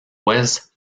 ouest